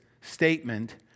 statement